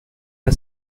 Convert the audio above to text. had